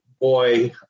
boy